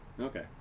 Okay